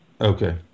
Okay